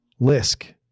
Lisk